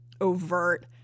overt